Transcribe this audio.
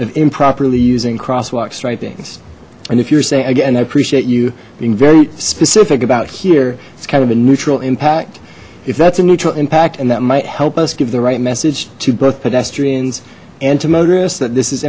of improperly using crosswalks try things and if you're saying again i appreciate you being very specific about here it's kind of a neutral impact if that's a neutral impact and that might help us give the right message to both pedestrians and to motorists that this is